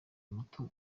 muto